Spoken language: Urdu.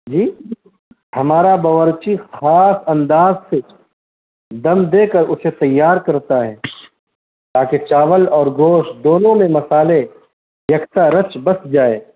جی ہمارا باورچی خاص انداز سے دم دے کر اسے تیار کرتا ہے تاکہ چاول اور گوشت دونوں میں مصالحے یکسا رچ بس جائے